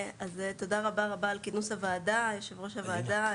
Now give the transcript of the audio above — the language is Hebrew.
תודה רבה על כינוס הוועדה, יושבת ראש הוועדה,